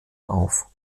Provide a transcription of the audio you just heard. auf